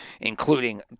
including